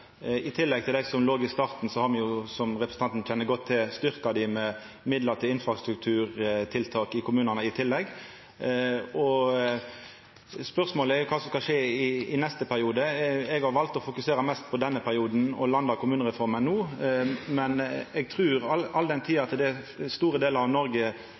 I tillegg til det som låg føre i starten, har me – som representanten kjenner godt til – styrkt dei med midlar til infrastrukturtiltak i kommunane. Spørsmålet er kva som skal skje i neste periode. Eg har valt å fokusera mest på denne perioden og å landa kommunereforma no. Men eg trur at all den tid store delar av Noreg